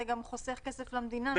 זה גם חוסך כסף למדינה,